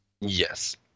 Yes